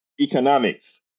economics